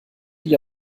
die